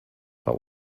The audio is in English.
but